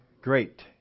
great